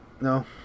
No